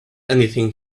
anything